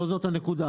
לא זו הנקודה,